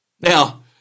Now